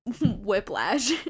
whiplash